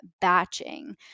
batching